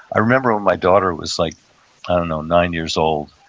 i remember when my daughter was, like i don't know, nine years old.